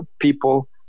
people